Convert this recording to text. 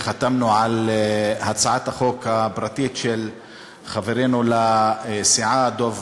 וחתמנו על הצעת החוק הפרטית של חברנו לסיעה דב